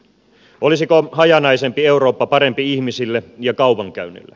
olisiko hajanaisempi eurooppa parempi ihmisille ja kaupankäynnille